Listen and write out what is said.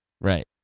Right